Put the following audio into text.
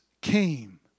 came